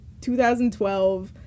2012